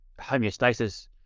homeostasis